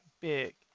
big